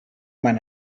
man